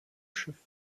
schiff